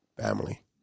family